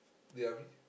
ya are we